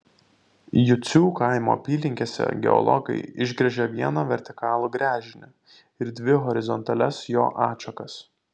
jucių kaimo apylinkėse geologai išgręžė vieną vertikalų gręžinį ir dvi horizontalias jo atšakas